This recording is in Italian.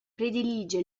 predilige